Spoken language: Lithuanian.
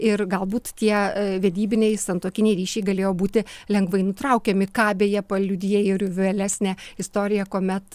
ir galbūt tie vedybiniai santuokiniai ryšiai galėjo būti lengvai nutraukiami ką beje paliudija ir vėlesnė istorija kuomet